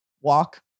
walk